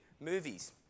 movies